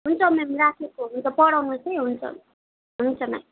हुन्छ म्याम राखेको हुन्छ पढाउनुहोस् है हुन्छ हुन्छ म्याम